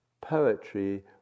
poetry